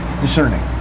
Discerning